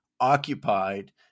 occupied